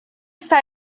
está